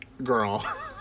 Girl